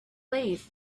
late